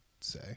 say